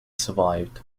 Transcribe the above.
survived